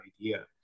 idea